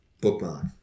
Bookmark